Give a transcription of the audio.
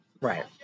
Right